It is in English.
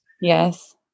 Yes